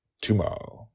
tomorrow